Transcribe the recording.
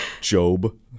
Job